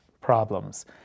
problems